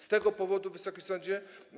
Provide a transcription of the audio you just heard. Z tego powodu, wysoki sądzie.